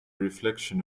reflection